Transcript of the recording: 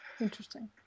Interesting